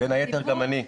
בין היתר גם אני.